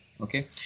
okay